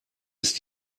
ist